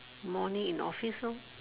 morning in office lor